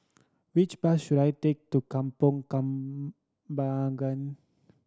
which bus should I take to Kampong Kembangan